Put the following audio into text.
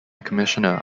commissioner